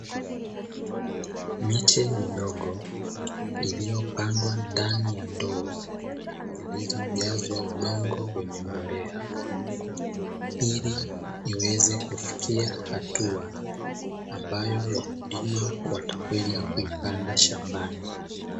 Miche midogo iliyopandwa ndani ya ndoo, zilizojazwa udongo wenye mbolea ili iweze kufikia hatua ambayo wakulima watakwenda kuipanda shambani.